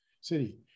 City